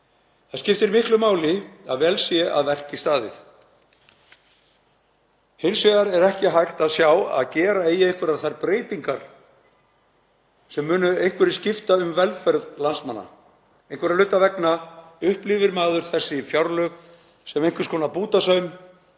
Það skiptir miklu máli að vel sé að verki staðið. Hins vegar er ekki hægt að sjá að gera eigi þær breytingar sem munu einhverju skipta um velferð landsmanna. Einhverra hluta vegna upplifir maður þessi fjárlög sem einhvers konar bútasaum,